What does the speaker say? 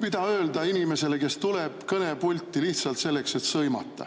Mida öelda inimesele, kes tuleb kõnepulti lihtsalt selleks, et sõimata